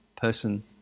person